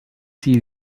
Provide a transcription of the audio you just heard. see